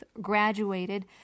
graduated